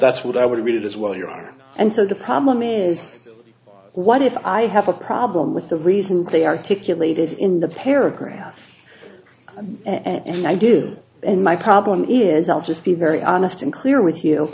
that's what i would read as well you are and so the problem is what if i have a problem with the reasons they articulated in the paragraph and i do and my problem is i'll just be very honest and clear with you